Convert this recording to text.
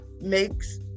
makes